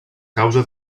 causa